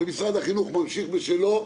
ומשרד החינוך ממשיך בשלו,